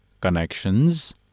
connections